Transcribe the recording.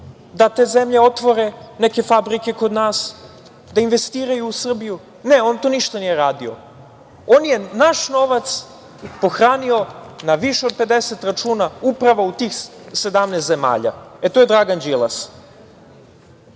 da te zemlje otvore neke fabrike kod nas, da investiraju u Srbiju, ne on to ništa nije radio. On je naš novac pohranio na više od 50 računa, upravo u tih 17 zemalja. E, to je Dragan Đilas,